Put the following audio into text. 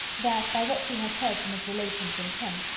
that by what she had heard from his relations in kent,